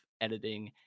editing